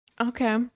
Okay